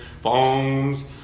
phones